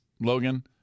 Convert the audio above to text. Logan